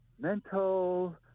mental